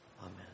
Amen